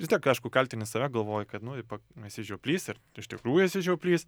vis tiek aišku kaltini save galvoji kad nu i pa esi žioplys ir iš tikrųjų esi žioplys